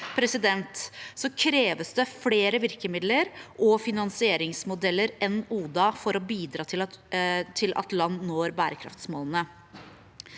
kreves det flere virkemidler og finansieringsmodeller enn ODA for å bidra til at land når bærekraftsmålene.